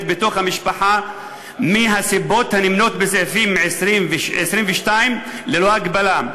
בתוך המשפחה מהסיבות הנמנות בסעיפים 20 22 ללא הגבלה.